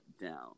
down